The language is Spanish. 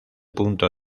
punto